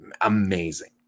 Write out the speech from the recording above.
amazing